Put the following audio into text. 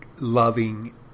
loving